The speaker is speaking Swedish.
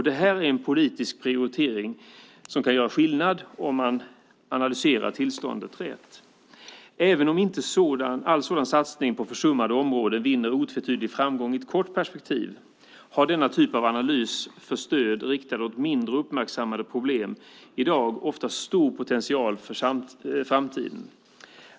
Det här är en politisk prioritering som kan göra skillnad om man analyserar tillståndet rätt. Även om inte varje sådan satsning på försummade områden vinner otvetydig framgång i det korta perspektivet har denna typ av analys för stöd riktad på mindre uppmärksammade problem i dag ofta en stor potential för framtiden.